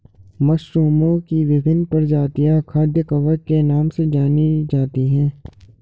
मशरूमओं की विभिन्न प्रजातियां खाद्य कवक के नाम से जानी जाती हैं